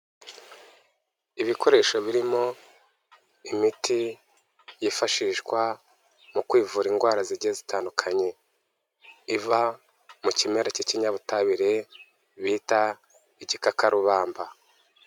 Ibikoresho birimo imiti yifashishwa mu kwivura indwara zigiye zitandukanye, iva mu kimera cy'ikinyabutabire bita igikakarubamba.